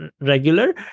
regular